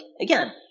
again